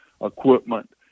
equipment